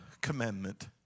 commandment